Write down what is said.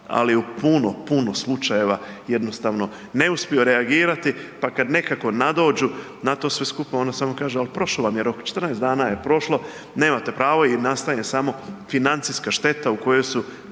Ali u puno, puno slučajeva jednostavno ne uspiju reagirati, pa kad nekako nadođu na to sve skupa onda samo kažu al prošo vam je rok, 14 dana je prošlo, nemate pravo i nastane samo financijska šteta u kojoj su